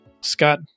Scott